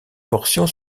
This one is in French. portions